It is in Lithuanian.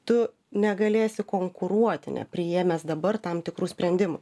tu negalėsi konkuruoti nepriėmęs dabar tam tikrų sprendimų